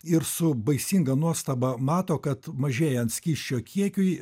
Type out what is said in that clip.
ir su baisinga nuostaba mato kad mažėjant skysčio kiekiui